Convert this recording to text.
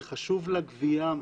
זה חשוב לגבייה,